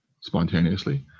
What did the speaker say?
spontaneously